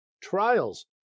trials